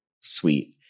sweet